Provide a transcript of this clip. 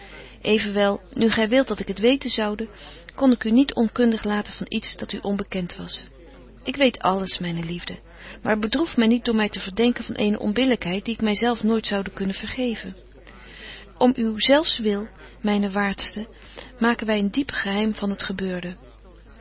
evenwel nu gy wilt dat ik het weten zoude kon ik u niet onkundig laten van iets dat u onbekent was ik weet alles myne liefde maar bedroef my niet door my te verdenken van eene onbillykheid die ik my zelf nooit zoubetje wolff en aagje deken historie van mejuffrouw sara burgerhart de kunnen vergeven om uw zelfs wil myne waartste maken wy een diep geheim van t gebeurde